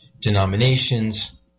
denominations